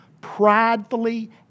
pridefully